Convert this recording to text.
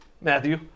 Matthew